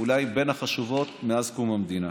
אולי בין החשובים מאז קום המדינה.